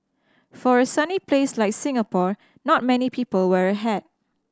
for a sunny place like Singapore not many people wear a hat